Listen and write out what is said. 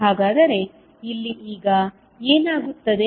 ಹಾಗಾದರೆ ಇಲ್ಲಿ ಈಗ ಏನಾಗುತ್ತದೆ